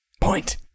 Point